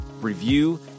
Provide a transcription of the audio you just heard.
review